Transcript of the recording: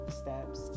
steps